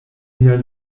mia